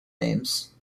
names